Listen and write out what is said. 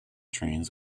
trains